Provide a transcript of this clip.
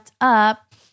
up